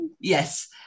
yes